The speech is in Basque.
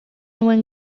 nuen